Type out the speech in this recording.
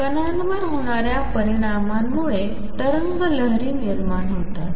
कणांवर होणाऱ्या परिणामामुळे तरंग लहरी निर्माण होतात